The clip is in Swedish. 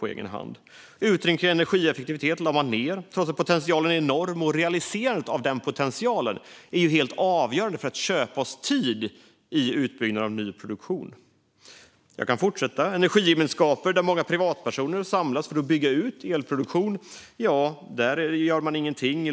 Utredningen om energieffektivitet lade man ned trots att potentialen är enorm och att realiserandet av denna potential är helt avgörande för att köpa oss tid under utbyggnaden av ny produktion. Jag kan fortsätta. När det gäller energigemenskaper, där många privatpersoner samlas för att bygga ut elproduktion, gör regeringen ingenting.